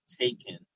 taken